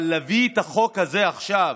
אבל להביא את החוק הזה עכשיו,